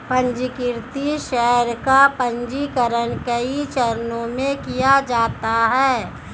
पन्जीकृत शेयर का पन्जीकरण कई चरणों में किया जाता है